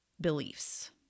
beliefs